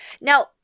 Now